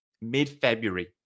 mid-February